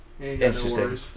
interesting